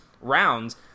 rounds